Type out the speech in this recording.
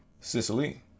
Sicily